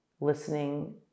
listening